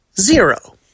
zero